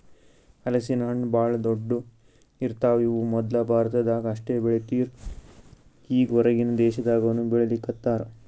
ಹಲಸಿನ ಹಣ್ಣ್ ಭಾಳ್ ದೊಡ್ಡು ಇರ್ತವ್ ಇವ್ ಮೊದ್ಲ ಭಾರತದಾಗ್ ಅಷ್ಟೇ ಬೆಳೀತಿರ್ ಈಗ್ ಹೊರಗಿನ್ ದೇಶದಾಗನೂ ಬೆಳೀಲಿಕತ್ತಾರ್